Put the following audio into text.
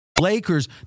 lakers